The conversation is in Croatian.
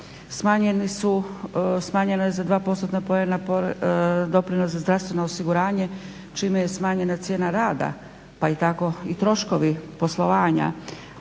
postotna poena doprinos za zdravstveno osiguranje čime je smanjena cijena rada pa i tako troškovi poslovanja.